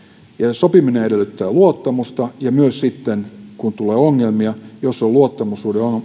sopiminen edellyttää luottamusta ja myös sitten kun tulee ongelmia jos on luottamussuhde